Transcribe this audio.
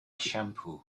shampoo